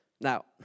Now